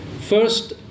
First